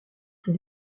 sous